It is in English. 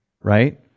right